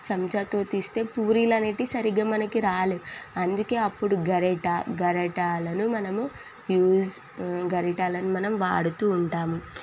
చెంచాతో తీస్తే పూరీలు అనేవి సరిగ్గా మనకి రాలేవు అందుకే అప్పుడు గరిట గరిటలను మనము యూజ్ గరిటలను మనం వాడుతూ ఉంటాము